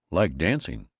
like dancing?